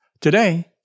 Today